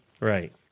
Right